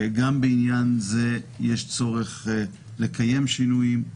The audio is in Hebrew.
גם בעניין זה יש צורך לקיים שינויים.